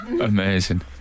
amazing